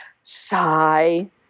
sigh